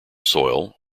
soil